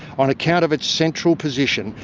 on account of its central position,